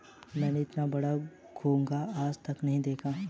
मैंने इतना बड़ा घोंघा आज तक नही देखा है